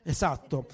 Esatto